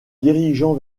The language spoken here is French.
dirigeant